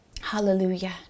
Hallelujah